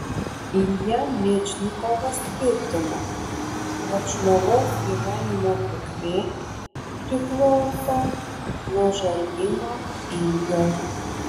ilja mečnikovas tvirtino jog žmogaus gyvenimo trukmė priklauso nuo žarnyno ilgio